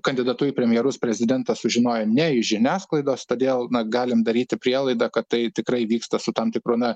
kandidatu į premjerus prezidentas sužinojo ne iš žiniasklaidos todėl galim daryti prielaidą kad tai tikrai vyksta su tam tikru na